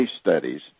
studies